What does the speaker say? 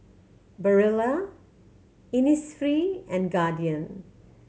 Barilla Innisfree and Guardian